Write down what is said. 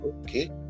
okay